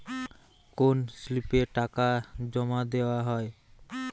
কোন স্লিপে টাকা জমাদেওয়া হয়?